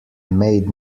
made